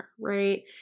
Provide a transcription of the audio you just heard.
right